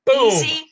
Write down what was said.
easy